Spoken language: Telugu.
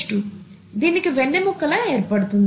NH2 దీనికి వెన్నెముక్క లా ఏర్పడుతుంది